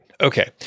Okay